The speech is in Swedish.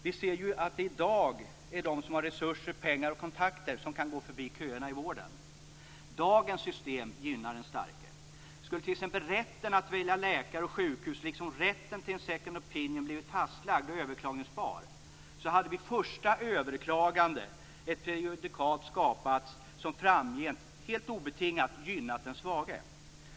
Vi ser ju att det i dag är de som har resurser, pengar och kontakter som kan gå förbi köerna i vården. Dagens system gynnar den starke. Skulle t.ex. rätten att välja läkare och sjukhus, liksom rätten till en second opinion, blivit fastlagd och överklagningsbar så hade ett prejudikat skapats som framgent helt obetingat gynnat den svage vid första överklagande.